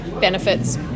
Benefits